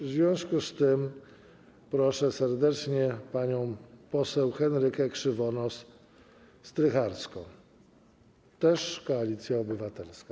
W związku z tym proszę serdecznie panią poseł Henrykę Krzywonos-Strycharską, też Koalicja Obywatelska.